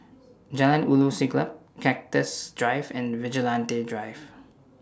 Jalan Ulu Siglap Cactus Drive and Vigilante Drive